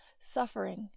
suffering